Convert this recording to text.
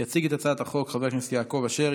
יציג את הצעת החוק חבר הכנסת יעקב אשר,